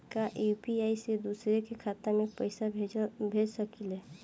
का यू.पी.आई से दूसरे के खाते में पैसा भेज सकी ले?